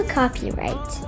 copyright